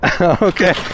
okay